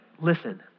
Listen